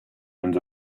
and